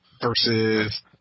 versus